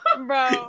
bro